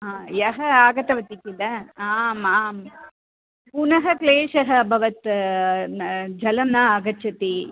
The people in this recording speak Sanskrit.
हा ह्यः आगतवती किल आमां पुनः क्लेशः अभवत् न जलं न आगच्छति